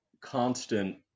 Constant